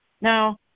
Now